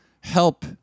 help